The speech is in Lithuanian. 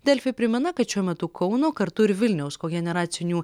delfi primena kad šiuo metu kauno kartu ir vilniaus kogeneracinių